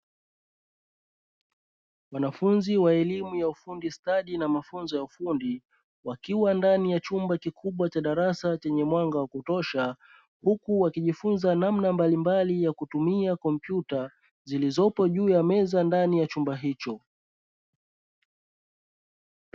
Wanafunzi wa elimu ya ufundi stadi na mafunzo ya ufundi, wakiwa ndani ya chumba kikubwa cha darasa chenye mwanga wa kutosha, huku wakijifunza namna mbalimbali ya kutumia kompyuta zilizopo juu ya meza ndani ya chumba hicho.